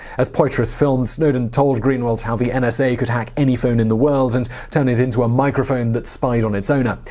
as poitras filmed, snowden told greenwald how the and nsa could hack any phone in the world and turn it into a microphone that spied on its owner.